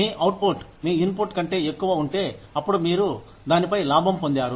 మీ output మీ input కంటే ఎక్కువ ఉంటే అప్పుడు మీరు దానిపై లాభం పొందారు